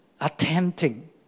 attempting